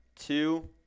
two